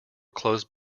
closed